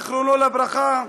זיכרונו לברכה,